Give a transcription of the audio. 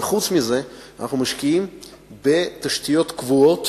אבל חוץ מזה אנחנו משקיעים בתשתיות קבועות